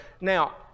Now